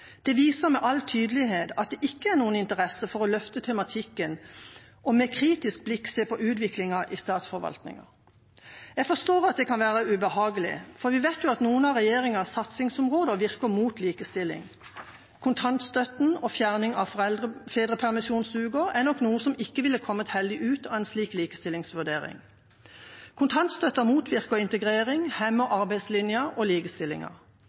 Det viser med all tydelighet at det ikke er noen interesse for å løfte tematikken og med kritisk blikk se på utviklingen i statsforvaltningen. Jeg forstår at det kan være ubehagelig, for vi vet jo at noen av regjeringas satsingsområder virker mot likestilling. Kontantstøtten og fjerning av fedrepermisjonsuker er nok noe som ikke ville kommet heldig ut i en slik likestillingsvurdering. Kontantstøtten motvirker integrering, hemmer arbeidslinja og